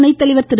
துணைத்தலைவர் திரு